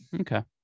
Okay